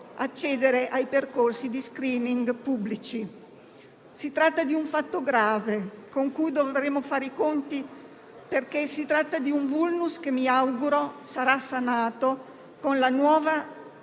accedere ai percorsi di *screening* pubblici. Si tratta di un fatto grave, con cui dovremo fare i conti, perché si tratta di un *vulnus* che mi auguro sarà sanato con la nuova